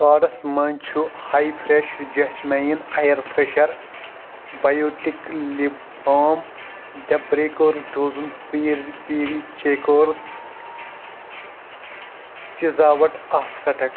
کاڈس منٛز چھُ ہاے fresh jasmine air freshener Biotique lip balm the bakers dozen پیٖرٕ پیٖری چیکٲرٕس چِزاوٹ آف سَٹک